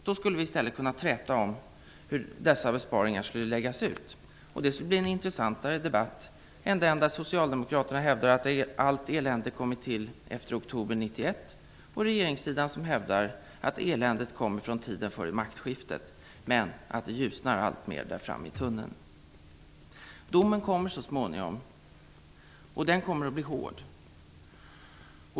Då skulle vi i stället kunna träta om hur dessa besparingar skulle läggas ut. Det skulle bli en intressantare debatt än den där socialdemokraterna hävdar att allt elände kommit till efter oktober 1991 och där regeringssidan hävdar att eländet kommer från tiden före maktskiftet, men att det ljusnar alltmer där framme i tunneln. Domen kommer så småningom och den kommer att bli hård.